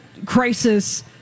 Crisis